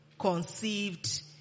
conceived